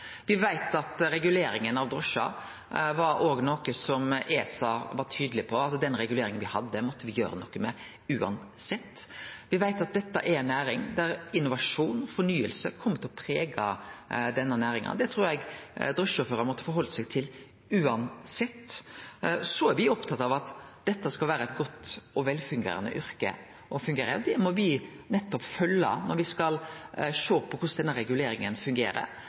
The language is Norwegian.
veit at ESA var tydeleg på at den reguleringa me hadde, måtte me gjere noko med uansett. Me veit at innovasjon og fornying kjem til å prege denne næringa. Det trur eg drosjesjåførar hadde mått halde seg til uansett. Me er opptatt av at dette skal vere eit godt og velfungerande yrke. Det må me følgje med på når me skal sjå på korleis denne reguleringa fungerer,